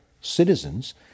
citizens